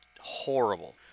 horrible